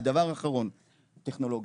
הדבר האחרון, טכנולוגיה,